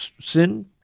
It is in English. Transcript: sin